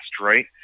right